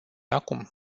acum